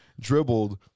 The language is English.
dribbled